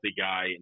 guy